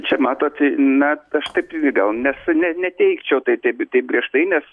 čia matot na aš taip gal ne su ne neteigčiau tai taip griežtai nes